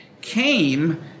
came